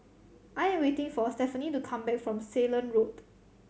I am waiting for Stephani to come back from Ceylon Road